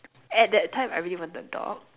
at that time I really wanted a dog